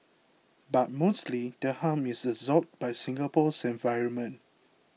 but mostly the harm is absorbed by Singapore's environment